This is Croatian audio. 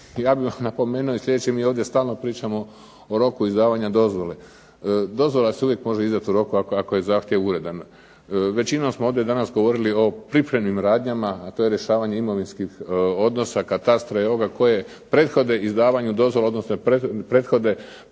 Ja bih napomenuo i sljedeće. Mi ovdje stalno pričamo o roku izdavanja dozvole. Dozvola se uvijek može izdati u roku ako je zahtjev uredan. Većinom smo ovdje danas govorili o pripremnim radnjama, a to je rješavanje imovinskih odnosa, katastra i ovoga koje prethode izdavanju dozvola, odnosno prethode